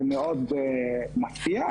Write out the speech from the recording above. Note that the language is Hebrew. זה מפתיע.